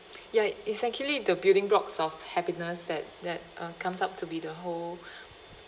ya essentially the building blocks of happiness that that uh comes up to be the whole